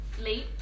late